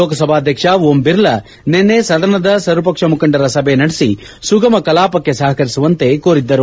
ಲೋಕಸಭಾಧ್ಯಕ್ಷ ಓಂ ಬಿರ್ಲಾ ನಿನ್ನೆ ಸದನದ ಸರ್ವಪಕ್ಷ ಮುಖಂಡರ ಸಭೆ ನಡೆಸಿ ಸುಗಮ ಕಲಾಪಕ್ಷೆ ಸಹಕರಿಸುವಂತೆ ಕೋರಿದ್ದರು